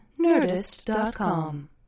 Nerdist.com